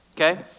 Okay